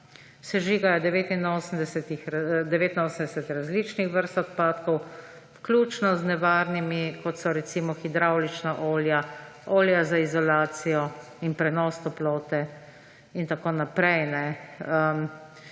sežigajo 89 različnih vrst odpadkov, vključno z nevarnimi, kot so recimo hidravlična olja, olja za izolacijo in prenos toplote in tako naprej.